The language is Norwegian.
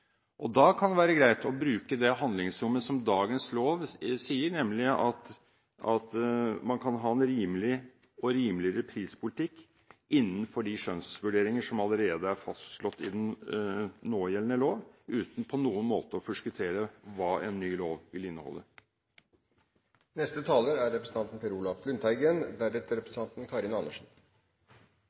kommer. Da kan det være greit å bruke det handlingsrommet som dagens lov gir, nemlig at man kan ha en rimelig og rimeligere prispolitikk innenfor de skjønnsvurderinger som allerede er fastslått i gjeldende lov, uten på noen måte å forskuttere hva en ny lov vil inneholde. Representanten Kolberg avsluttet med at det regjeringa her gjør, er